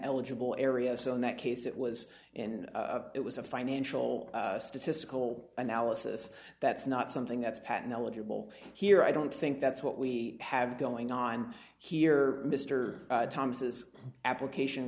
eligible area so in that case it was and it was a financial statistical analysis that's not something that's patton eligible here i don't think that's what we have going on here mr thomas's application